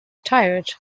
tired